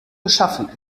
geschaffen